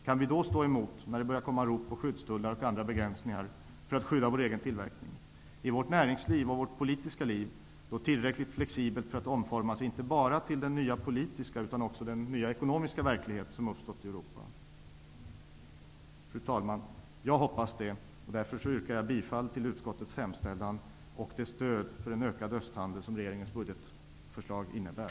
Kan vi stå emot när det börjar ropas efter skyddstullar och andra begränsningar för att skydda vår egen tillverkning? Är vårt näringsliv och politiska liv tillräckligt flexibla för att omformas inte bara till den nya politiska utan också till den nya ekonomiska verkligheten i Europa? Fru talman! Det är vad jag hoppas på, och därför yrkar jag bifall till utskottets hemställan och således till det stöd för en ökad östhandel som regeringens budgetförslag innebär.